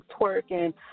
twerking